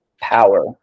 power